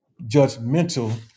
judgmental